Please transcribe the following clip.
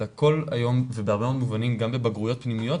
זה הכל היום ובהרבה מובנים גם בבגרויות פנימיות,